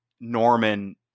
Norman